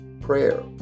Prayer